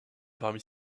parmi